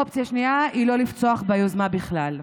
ואופציה שנייה היא לא לפצוח ביוזמה בכלל.